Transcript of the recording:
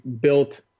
built